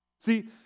See